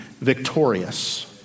victorious